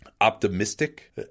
optimistic